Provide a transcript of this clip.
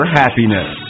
happiness